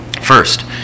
First